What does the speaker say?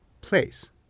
place